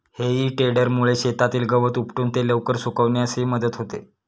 हेई टेडरमुळे शेतातील गवत उपटून ते लवकर सुकण्यासही मदत होते